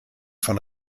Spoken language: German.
von